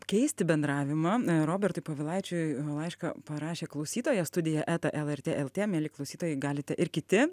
keisti bendravimą robertui povilaičiui laišką parašė klausytoja studija eta lrt lt mieli klausytojai galite ir kiti